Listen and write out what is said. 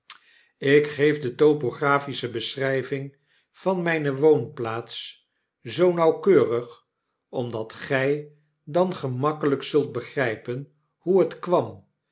ik geef de topographische beschrijving van mjne woonplaats zoo nauwkeurig omdat fij dan gemakkelper zult begrijpen hoe het warn